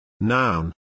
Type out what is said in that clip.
Noun